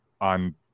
on